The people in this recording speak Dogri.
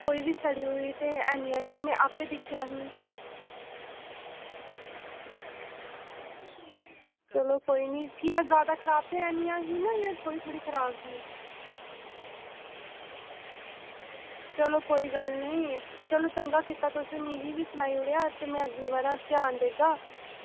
कोई बी सड़ी दी ते हैनी ऐ ही में आपें दिक्खियां हियां ते चलो कोई निं कियां जादै खराब ते निं हियां जां थोह्ड़ी थोह्ड़ी खराब ही चलो कोई गल्ल नेईं चलो चंगा कीता तुसें मिगी बी सनाई ओड़ेआ ते में अगली बार ध्यान देगा